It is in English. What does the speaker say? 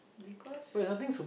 because